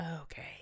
Okay